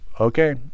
okay